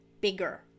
bigger